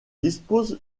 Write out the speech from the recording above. dispose